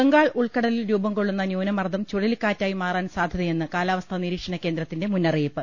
ബംഗാൾ ഉൾക്കടലിൽ രൂപം കൊള്ളുന്ന ന്യൂനമർദ്ദം ചുഴലിക്കാ റ്റായി മാറാൻ സാധ്യതയെന്ന് കാലാവസ്ഥാ നിരീക്ഷണ കേന്ദ്ര ത്തിന്റെ മുന്നറിയിപ്പ്